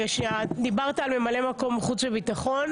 כשדיברת על ממלאי מקום לחוץ וביטחון,